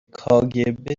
کاگب